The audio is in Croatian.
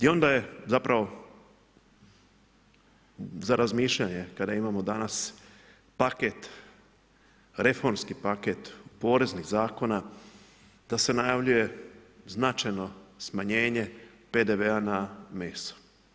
I onda je zapravo za razmišljanje kada imamo danas paket, reformski paket poreznih zakona, da se najavljuje značajno smanjenje PDV-a na meso.